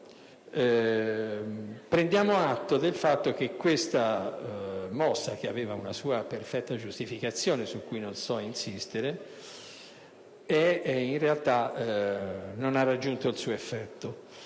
Prendiamo atto del fatto che questa mossa, che aveva una perfetta giustificazione, in realtà non ha raggiunto il suo effetto.